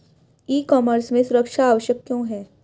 ई commerce में सुरक्षा आवश्यक क्यों है?